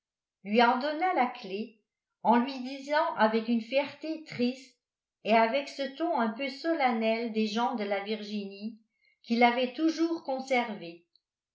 lui en donna la clef en lui disant avec une fierté triste et avec ce ton un peu solennel des gens de la virginie qu'il avait toujours conservé